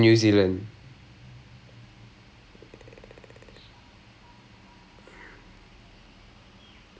he's in new zealand so when we were zoom calling and then I was told telling telling him about my situation because he